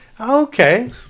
okay